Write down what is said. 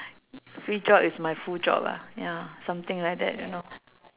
free job is my full job ah ya something like that you know